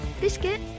Biscuit